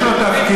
יש לו תפקיד,